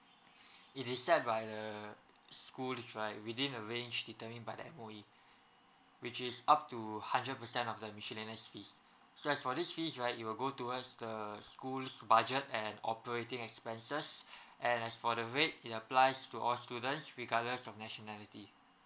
it is set by the schools right within the range I mean by the M_O_E which is up to hundred percent of the miscellaneous fees so as for this fees right it will go towards the schools budget and operating expenses and as for the rate it applies to all students regardless of nationality